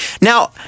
Now